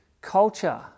culture